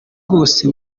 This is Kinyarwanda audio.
bwose